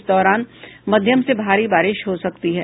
इस दौरान मध्यम से भारी बारिश हो सकती है